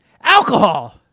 alcohol